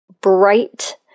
bright